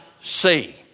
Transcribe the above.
see